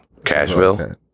Cashville